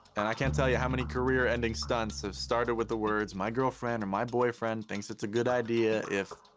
and i can't tell you how many career-ending stunts have started with the words my girlfriend or my boyfriend thinks it's a good idea if.